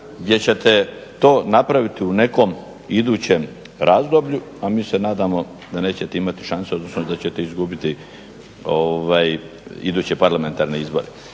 gdje ćete to napraviti u nekom idućem razdoblju, a mi se nadamo da nećete imati šansu, odnosno da ćete izgubiti iduće parlamentarne izbore.